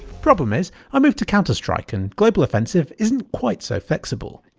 problem is, i moved to counter strike and global offensive isn't quite so flexible.